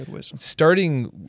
starting